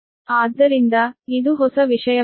ಆದ್ದರಿಂದ ಇದು ಹೊಸ ವಿಷಯವಾಗಿದೆ